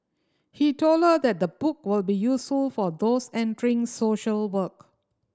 he told her that the book will be useful for those entering social work